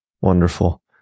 Wonderful